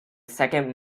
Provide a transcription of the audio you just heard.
second